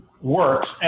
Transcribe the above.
works